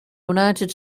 united